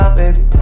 baby